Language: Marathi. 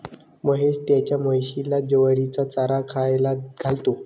महेश त्याच्या म्हशीला ज्वारीचा चारा खायला घालतो